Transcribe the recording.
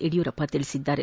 ಯಡಿಯೂರಪ್ಪ ತಿಳಿಸಿದ್ದಾರೆ